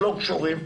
לא קשורים,